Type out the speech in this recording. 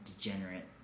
degenerate